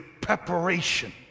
preparation